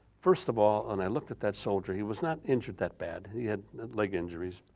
first of all and i looked at that soldier, he was not injured that bad, he had leg injuries,